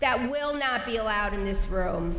that will not be allowed in this room